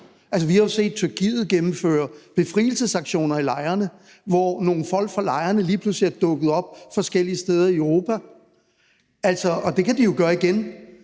vi har jo set Tyrkiet gennemføre befrielsesaktioner i lejrene, hvor nogle folk fra lejrene lige pludselig er dukket op forskellige steder i Europa. Og det kan de jo gøre igen.